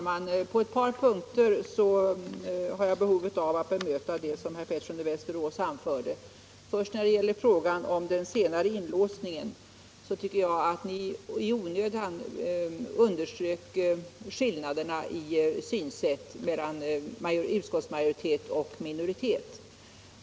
Herr talman! Jag har behov av att på ett par punkter bemöta vad herr Pettersson i Västerås anförde. Den första punkten gäller frågan om den senare inlåsningen. Där tycker jag att herr Pettersson i onödan underströk skillnaderna i synsätt mellan utskottsmajoritet och minoritet.